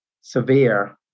severe